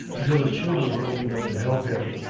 until his children were old enough to help him.